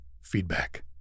feedback